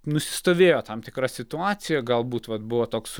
nusistovėjo tam tikra situacija galbūt vat buvo toks